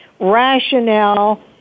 rationale